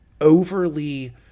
overly